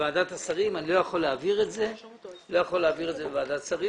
ואני לא יכול להעביר את זה בוועדת השרים.